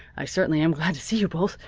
i certainly am glad to see you both.